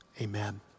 amen